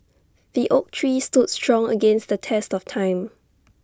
the oak tree stood strong against the test of time